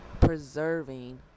preserving